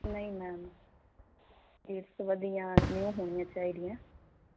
ਨਹੀਂ ਮੈਮ ਇਸ ਵਧੀਆ ਨਿਊ ਹੋਣੀਆਂ ਚਾਹੀਦੀਆਂ